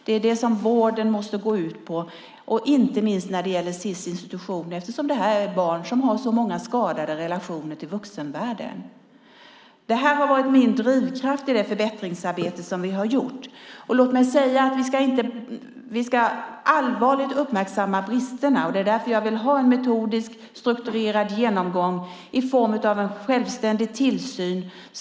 Det är det vården måste gå ut på, inte minst när det gäller Sis institutioner eftersom detta är barn som har så många skadade relationer till vuxenvärlden. Det här har varit min drivkraft i det förbättringsarbete som vi har gjort. Låt mig säga att vi allvarligt ska uppmärksamma bristerna, och det är därför jag vill ha en metodisk strukturerad genomgång i form av en självständig tillsyn.